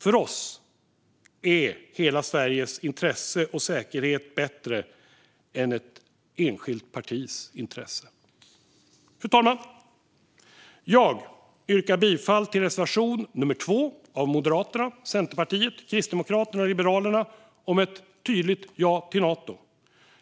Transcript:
För oss är hela Sveriges intresse och säkerhet bättre än ett enskilt partis intresse. Fru talman! Jag yrkar bifall till reservation nummer 2 av Moderaterna, Centerpartiet, Kristdemokraterna och Liberalerna om ett tydligt ja till Nato.